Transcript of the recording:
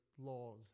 laws